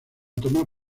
tomar